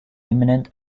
imminent